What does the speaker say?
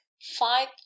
five